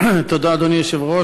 אדוני היושב-ראש,